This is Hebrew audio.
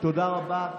תודה רבה.